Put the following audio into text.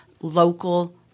local